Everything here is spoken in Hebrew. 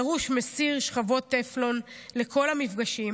דרוש מסיר שכבות טפלון לכל המפגשים